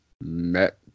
met